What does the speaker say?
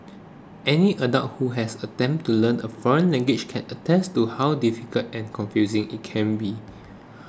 any adult who has attempted to learn a foreign language can attest to how difficult and confusing it can be